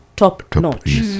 top-notch